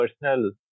personal